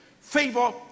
Favor